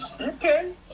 Okay